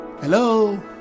Hello